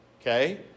Okay